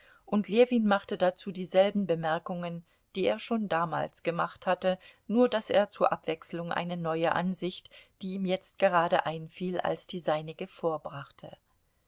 und ljewin machte dazu dieselben bemerkungen die er schon damals gemacht hatte nur daß er zur abwechselung eine neue ansicht die ihm jetzt gerade einfiel als die seinige vorbrachte